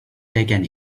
taken